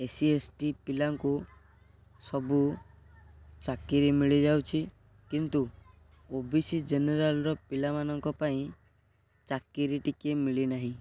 S C S T ପିଲାଙ୍କୁ ସବୁ ଚାକିରୀ ମିଳିଯାଉଛି କିନ୍ତୁ ଓ ବି ସି ଜେନେରାଲ୍ର ପିଲାମାନଙ୍କ ପାଇଁ ଚାକିରୀ ଟିକିଏ ମିଳି ନାହିଁ